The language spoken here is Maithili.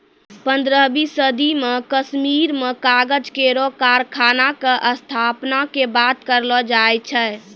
पन्द्रहवीं सदी म कश्मीर में कागज केरो कारखाना क स्थापना के बात कहलो जाय छै